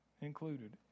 included